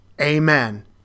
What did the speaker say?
amen